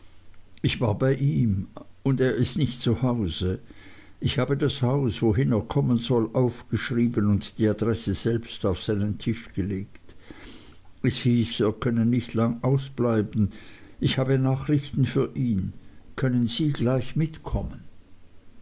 ich war bei ihm und er ist nicht zu hause ich habe das haus wohin er kommen soll aufgeschrieben und die adresse selbst auf seinen tisch gelegt es hieß er könne nicht lang ausbleiben ich habe nachrichten für ihn können sie gleich mitkommen